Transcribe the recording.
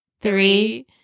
three